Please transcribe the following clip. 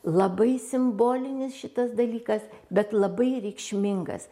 labai simbolinis šitas dalykas bet labai reikšmingas